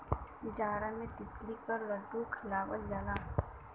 जाड़ा मे तिल्ली क लड्डू खियावल जाला